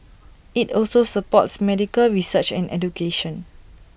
IT also supports medical research and education